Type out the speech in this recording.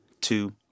two